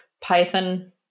Python